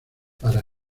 para